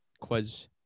quiz